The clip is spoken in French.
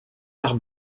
part